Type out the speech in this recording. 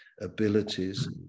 abilities